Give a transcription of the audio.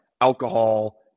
alcohol